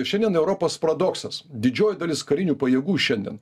šiandien europos paradoksas didžioji dalis karinių pajėgų šiandien